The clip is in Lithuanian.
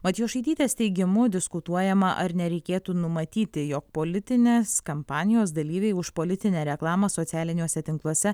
matjošaitytės teigimu diskutuojama ar nereikėtų numatyti jog politinės kampanijos dalyviai už politinę reklamą socialiniuose tinkluose